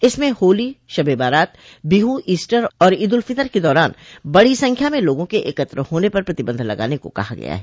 इसमें होली शब ए बारात बिहू ईस्टर और ईद उल फित्र के दौरान बडी संख्या में लोगों के एकत्र होने पर प्रतिबंध लगाने को कहा गया है